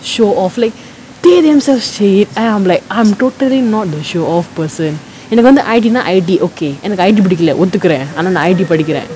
show off like they themselves say it and I'm like I'm totally not the show off person எனக்கு வந்து:enakku vanthu I_T னா:naa I_T okay எனக்கு:enakku I_T புடிக்கல ஒத்துகுற ஆனா நா:pudikkala oththukura aanaa naa I_T படிக்குற:padikkura